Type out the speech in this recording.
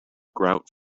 grout